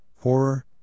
horror